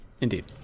Indeed